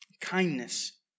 kindness